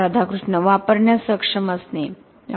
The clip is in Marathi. राधाकृष्ण वापरण्यास सक्षम असणे डॉ